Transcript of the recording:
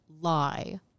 lie